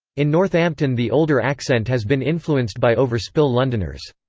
in northampton the older accent has been influenced by overspill londoners.